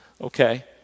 okay